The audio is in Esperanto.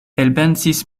elpensis